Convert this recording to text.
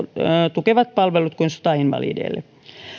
tukevat palvelut kuin sotainvalideille